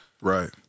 Right